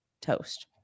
toast